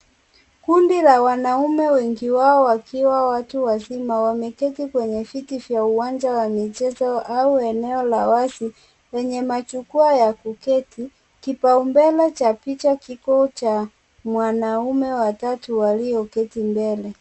Kundi la wanaume wengi wao wakiwa watu wazima wameketi kwenye viti vya uwanja wa michezo au eneo la wazi yenye majukwaa ya kuketi kibao mbele cha picha kiko cha mwanaume wa tatu alioketi mbele.